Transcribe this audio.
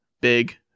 big